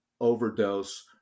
overdose